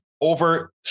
over